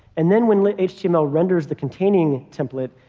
and then when lit-html renders the containing template,